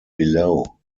below